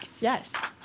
yes